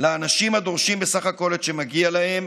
לאנשים הדורשים בסך הכול את שמגיע להם